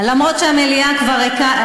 אומנם המליאה כבר ריקה,